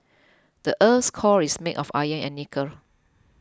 the earth's core is made of iron and nickel